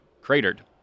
cratered